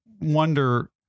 wonder